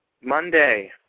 Monday